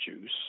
juice